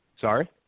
Sorry